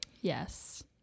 Yes